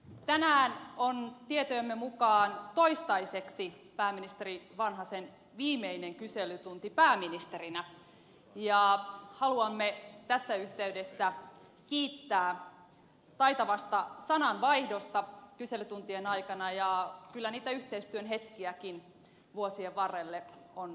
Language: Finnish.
tänään on tietojemme mukaan toistaiseksi pääministeri vanhasen viimeinen kyselytunti pääministerinä ja haluamme tässä yhteydessä kiittää taitavasta sananvaihdosta kyselytuntien aikana ja kyllä niitä yhteistyön hetkiäkin vuosien varrelle on sattunut